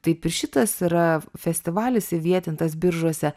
taip ir šitas yra festivalis įvietintas biržuose